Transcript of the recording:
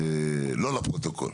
לא לפרוטוקול.